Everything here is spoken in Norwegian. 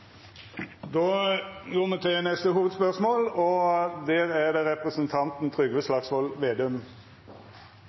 Då går me til neste hovudspørsmål. Norges og